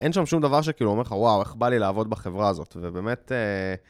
אין שם שום דבר שכאילו אומר לך, וואו, איך בא לי לעבוד בחברה הזאת. ובאמת...